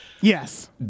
yes